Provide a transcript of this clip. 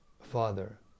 father